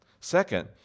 Second